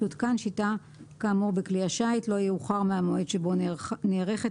תותקן שיטה כאמור בכלי השיט לא יאוחר מהמועד שבו נערכת